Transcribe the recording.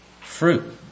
fruit